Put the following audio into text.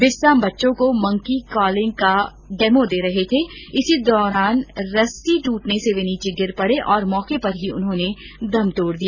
बिस्सा बच्चों को मंकी कॉलिग का डेमो दे रहे थे इसी दौरान रस्सी ट्रटने से वे नीचे गिर पड़े और मौके पर ही उन्होंने दम तोड़ दिया